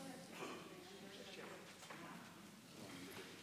עשר דקות לרשותך.